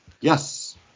Yes